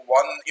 one